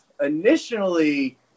Initially